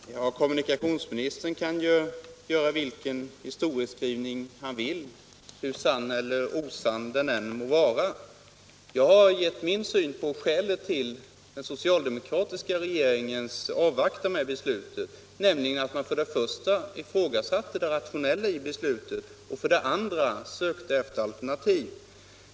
Herr talman! Kommunikationsministern kan ju göra vilken historieskrivning han vill, hur sann eller osann den än må vara. Jag har gett min syn på skälen till den socialdemokratiska regeringens avvaktan med beslutet, nämligen att man för det första ifrågasatte det rationella i beslutet, för det andra sökte efter alternativ.